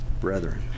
brethren